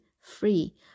free